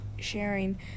sharing